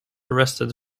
arrested